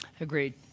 Agreed